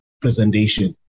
presentation